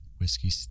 whiskey